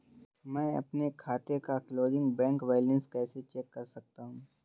मैं अपने खाते का क्लोजिंग बैंक बैलेंस कैसे चेक कर सकता हूँ?